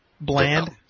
bland